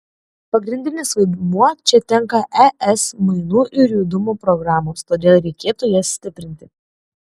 pagrindinis vaidmuo čia tenka es mainų ir judumo programoms todėl reikėtų jas stiprinti